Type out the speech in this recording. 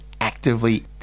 actively